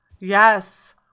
Yes